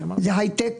זה הייטק.